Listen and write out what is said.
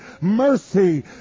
mercy